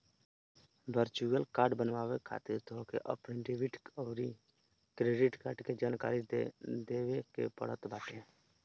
virtual card बनवावे खातिर तोहके अपनी डेबिट अउरी क्रेडिट कार्ड के जानकारी देवे के पड़त बाटे